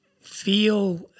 feel